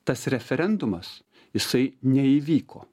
tas referendumas jisai neįvyko